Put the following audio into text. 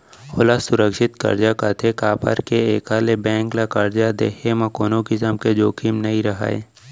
ओला सुरक्छित करजा कथें काबर के एकर ले बेंक ल करजा देहे म कोनों किसम के जोखिम नइ रहय